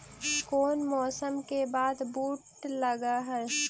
कोन मौसम के बाद बुट लग है?